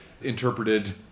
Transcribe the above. interpreted